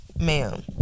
ma'am